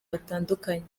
batandukanye